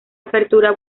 apertura